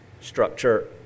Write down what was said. structure